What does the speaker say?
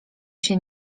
się